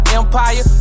empire